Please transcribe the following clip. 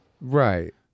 Right